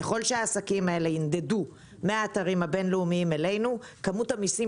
ככל שהעסקים ינדדו מהאתרים הבין-לאומיים אלינו כמות המיסים